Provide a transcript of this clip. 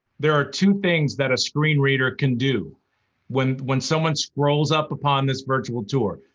there are two things that a screen reader can do when when someone scrolls up upon this virtual tour.